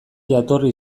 jatorri